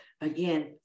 again